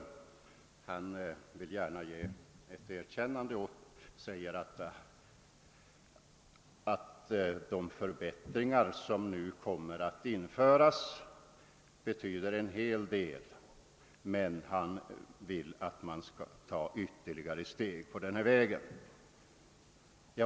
även om han gärna vill ge ett erkännande åt utskottet och säger att de förbättringar som nu kommer att genomföras betyder en hel del, önskar han att man skall ta ytterligare steg på vägen.